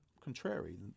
Contrary